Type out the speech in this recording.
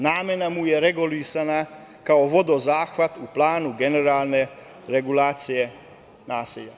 Namena mu je regulisana kao vodozahvat u planu generalne regulacije naselja.